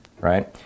right